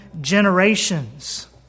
generations